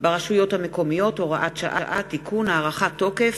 ברשויות המקומיות (הוראת שעה) (תיקון) (הארכת תוקף),